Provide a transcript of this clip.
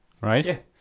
right